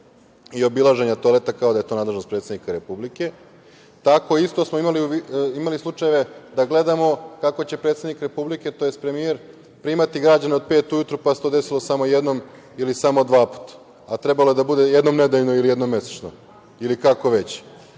i obilaženja toaleta, kao da je to nadležnost predsednika Republike. Isto tako smo imali slučajeve da gledamo kako će predsednik Republike, tj. premijer, primati građane od 5 ujutru, pa se to desilo samo jednom ili samo dva puta, a trebalo je da bude jednom nedeljno ili jednom mesečno, ili kako već. Hoću